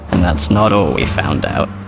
and that's not all we found out.